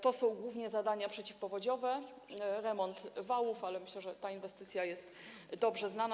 To są głównie zadania przeciwpowodziowe, remont wałów, ale myślę, że ta inwestycja jest dobrze znana.